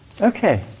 okay